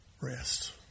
rest